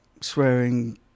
swearing